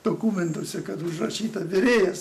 dokumentuose kad užrašyta virėjas